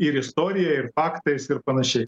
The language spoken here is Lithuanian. ir istorija ir faktais ir panašiai